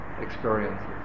experiences